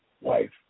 wife